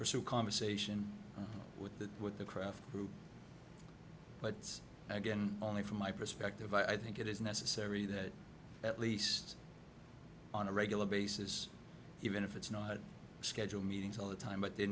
pursue conversation with the with the craft group but again only from my perspective i think it is necessary that at least on a regular basis even if it's not scheduled meetings all the time but there